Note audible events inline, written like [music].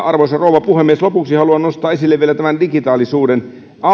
[unintelligible] arvoisa rouva puhemies lopuksi haluan nostaa esille vielä tämän digitaalisuuden